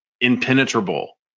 impenetrable